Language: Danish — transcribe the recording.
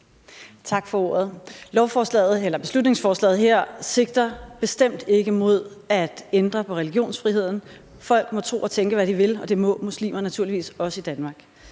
Tak for ordet. Beslutningsforslaget her sigter bestemt ikke mod at ændre på religionsfriheden, folk må tro og tænke, hvad de vil, og det må muslimer naturligvis også i Danmark.